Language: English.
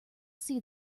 see